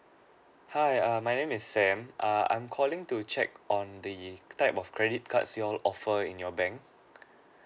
hi err my name is sam err I'm calling to check on the type of credit cards you're offer in your bank